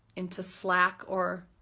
into slack, or,